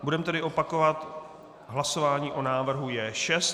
Budeme tedy opakovat hlasování o návrhu J6.